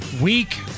week